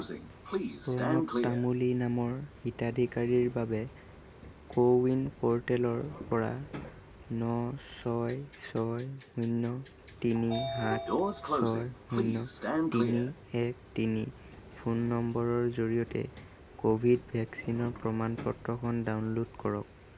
প্ৰণৱ তামুলী নামৰ হিতাধিকাৰীৰ বাবে কোৱিন প'ৰ্টেলৰ পৰা ন ছয় ছয় শূন্য তিনি সাত ছয় শূন্য তিনি এক তিনি ফোন নম্বৰৰ জৰিয়তে ক'ভিড ভেকচিনৰ প্ৰমাণ পত্ৰখন ডাউনলোড কৰক